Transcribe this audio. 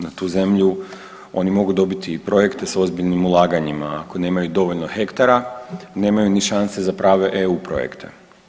Na tu zemlju oni mogu dobiti i projekte s ozbiljnim ulaganjima, ako nemaju dovoljno hektara nemaju ni šanse za prave EU projekte.